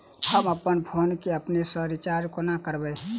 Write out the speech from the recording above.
हम अप्पन फोन केँ अपने सँ रिचार्ज कोना करबै?